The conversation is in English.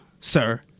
sir